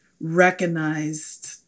recognized